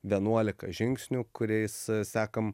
vienuolika žingsnių kuriais sekam